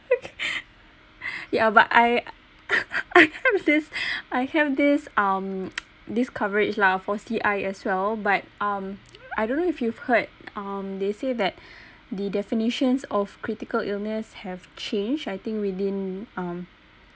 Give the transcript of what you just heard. ya but I have this I have this um this coverage lah for C_I as well but um I don't know if you've heard um they say that the definitions of critical illness have changed I think within um